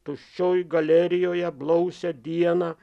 tuščioj galerijoje blausią dieną